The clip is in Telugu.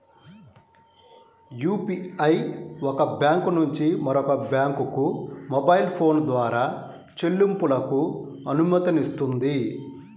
యూపీఐ ఒక బ్యాంకు నుంచి మరొక బ్యాంకుకు మొబైల్ ఫోన్ ద్వారా చెల్లింపులకు అనుమతినిస్తుంది